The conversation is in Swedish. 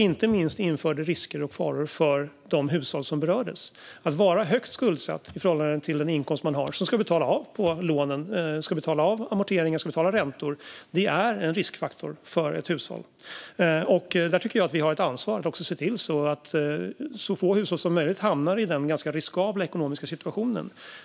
Inte minst medförde det risker och faror för de hushåll som berördes. Att vara högt skuldsatt i förhållande till den inkomst man har - som ska användas till att betala av på lånen, det vill säga betala amorteringar och räntor - är en riskfaktor för ett hushåll. Jag tycker att vi har ett ansvar att se till att så få hushåll som möjligt hamnar i den ganska riskabla ekonomiska situationen.